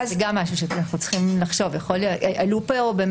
עלו פה טענות שצריך לשקול.